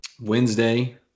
Wednesday